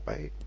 Bye